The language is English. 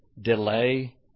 delay